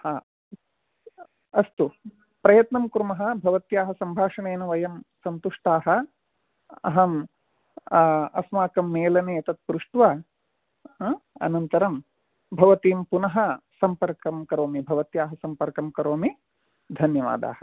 हा अस्तु प्रयत्नं कुर्मः भवत्याः सम्भाषणेन वयं सन्तुष्टाः अहम् अस्माकं मेलने तत् पृष्ट्वा अनन्तरं भवतीं पुनः सम्पर्कं करोमि भवत्याः सम्पर्कं करोमि धन्यवादाः